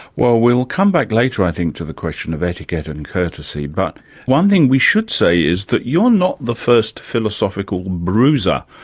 well, we'll come back later, i think, to the question of etiquette and courtesy, but one thing we should say is that you're not the first philosophical bruiser.